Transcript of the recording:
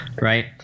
Right